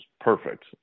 perfect